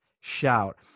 shout